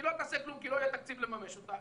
היא לא תעשה כלום כי לא יהיה תקציב לממש אותה.